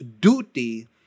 duty